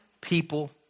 people